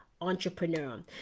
entrepreneur